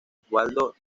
osvaldo